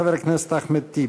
חבר הכנסת אחמד טיבי.